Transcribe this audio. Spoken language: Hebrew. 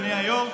אדוני היו"ר.